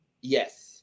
Yes